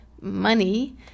money